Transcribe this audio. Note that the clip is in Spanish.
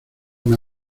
una